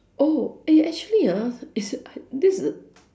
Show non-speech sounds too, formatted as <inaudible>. oh eh actually ah is <breath> this the